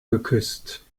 geküsst